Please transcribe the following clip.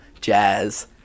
jazz